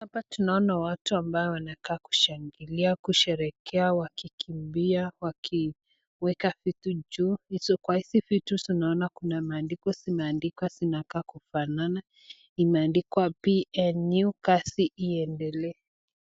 Hapa tunaona watu ambao wanakaa kushangilia kusheherekea wakikimbia wakiweka vitu juu huku kwa hizi vitu Kuna maandiko zimeandikwa zinakaa kufanana ingine imeandikwa PNU kazi iendelee.